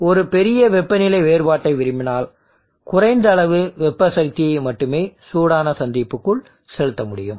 நீங்கள் ஒரு பெரிய வெப்பநிலை வேறுபாட்டை விரும்பினால் குறைந்த அளவு வெப்ப சக்தியை மட்டுமே சூடான சந்திப்புக்குள் செலுத்த முடியும்